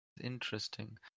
interesting